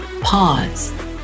Pause